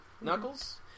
Knuckles